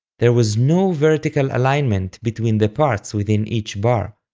there was no vertical alignment between the parts within each bar.